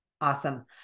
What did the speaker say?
Awesome